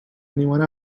anyone